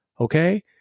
okay